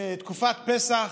בתקופת פסח,